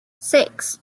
six